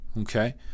Okay